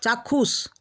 চাক্ষুষ